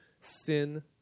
Sin